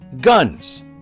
guns